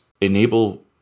enable